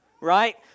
right